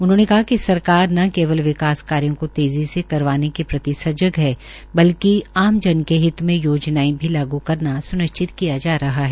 उन्होने कहा कि सरकार न केवल विकास कार्यो को तेजी से करवाने के प्रति सजग है बल्कि आमजन के हित में योजनाओं भी लागू करना सुनिश्चित किया जा रह है